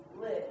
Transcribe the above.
live